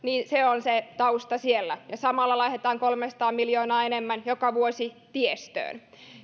se on se tausta siellä ja samalla laitetaan kolmesataa miljoonaa enemmän joka vuosi tiestöön